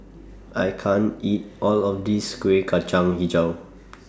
I can't eat All of This Kueh Kacang Hijau